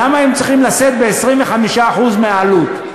למה הם צריכים לשאת ב-25% מהעלות.